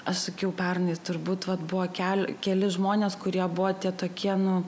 aš sakiau pernai turbūt vat buvo keli keli žmonės kurie buvo tie tokie nu